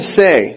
say